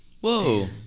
Whoa